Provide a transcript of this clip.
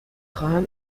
خواهم